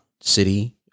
city